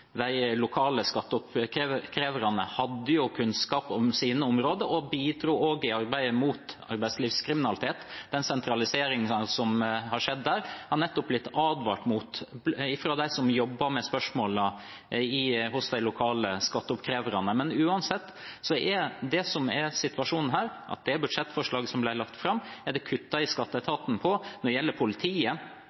de lokale skatteoppkreverne hadde kunnskap om sine områder og også bidro i arbeidet mot arbeidslivskriminalitet. Den sentraliseringen som har skjedd der, har blitt advart mot fra dem som jobber med spørsmålene hos de lokale skatteoppkreverne. Men uansett er det som er situasjonen her, at i det budsjettforslaget som ble lagt fram, er det kuttet i skatteetaten. Når det gjelder politiet,